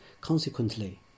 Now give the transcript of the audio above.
Consequently